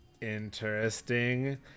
Interesting